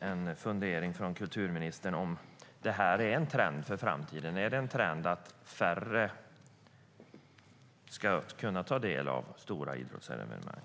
en fundering från kulturministern. Är det här en trend inför framtiden? Är det en trend att färre ska kunna ta del av stora idrottsevenemang?